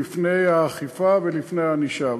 לפני האכיפה ולפני הענישה.